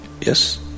Yes